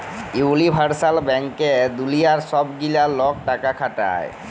universal ব্যাংকে দুলিয়ার ছব গিলা লক টাকা খাটায়